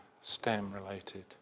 STEM-related